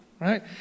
right